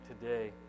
today